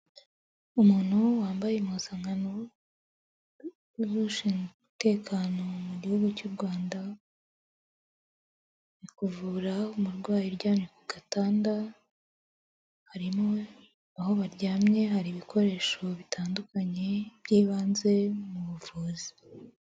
Umuntu wambaye impuzankano z'ushinzwe umutekano mu gihugu cy'u Rwanda, ari kuvura umurwayi uryamye ku gatanda, harimo aho baryamye, hari ibikoresho bitandukanye by'ibanze mu buvuzi.